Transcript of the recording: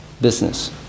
business